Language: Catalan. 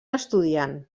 estudiant